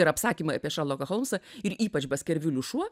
ir apsakymai apie šerloką holmsą ir ypač baskerviulių šuo